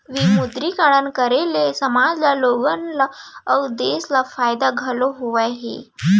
विमुद्रीकरन करे ले समाज ल लोगन ल अउ देस ल फायदा घलौ होय हे